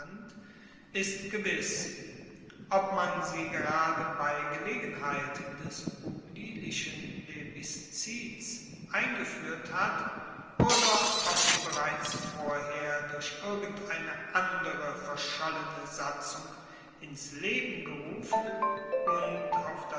ist gewiss ob man sie gerade bei gelegenheit des publilischen plebiszits eingefuehrt hat oder ob sie bereits vorher durch irgendeine andere verschollene satzung ins leben gerufen und auf